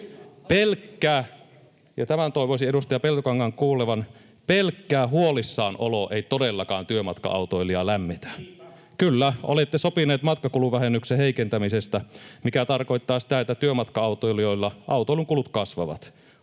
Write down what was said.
Tämän toivoisin edustaja Peltokankaan kuulevan: pelkkä huolissaanolo ei todellakaan työmatka-autoilijaa lämmitä. [Antti Kurvinen: Niinpä!] Kyllä, olette sopineet matkakuluvähennyksen heikentämisestä, mikä tarkoittaa sitä, että työmatka-autoilijoilla autoilun kulut kasvavat.